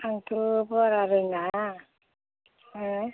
आंथ' बारा रोङा हो